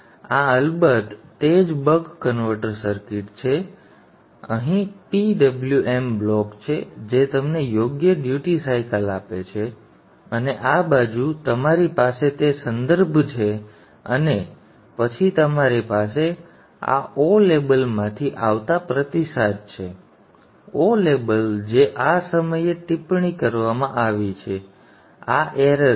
આ અલબત્ત તે જ બક કન્વર્ટર સર્કિટ છે જે અમારી પાસે અહીં PWM બ્લોક છે જે તમને યોગ્ય ડ્યુટી સાયકલ આપે છે અને આ બાજુ તમારી પાસે તે સંદર્ભ છે અને પછી તમારી પાસે આ ઓ લેબલમાંથી આવતા પ્રતિસાદ અહીં છે ઓ લેબલ જે આ સમયે ટિપ્પણી કરવામાં આવી છે આ ભૂલ છે